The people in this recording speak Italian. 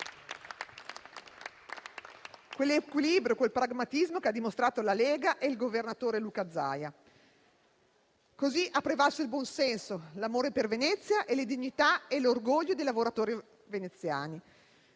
l'equilibrio e il pragmatismo che hanno dimostrato la Lega e il governatore Luca Zaia. Così hanno prevalso il buon senso e l'amore per Venezia, la dignità e l'orgoglio dei lavoratori veneziani.